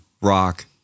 rock